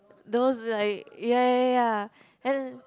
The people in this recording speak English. those like ya ya ya and